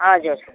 हजुर